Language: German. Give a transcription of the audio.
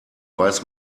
weiß